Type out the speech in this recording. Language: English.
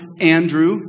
Andrew